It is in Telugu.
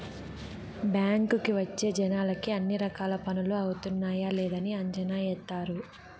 బ్యాంకుకి వచ్చే జనాలకి అన్ని రకాల పనులు అవుతున్నాయా లేదని అంచనా ఏత్తారు